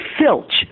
filch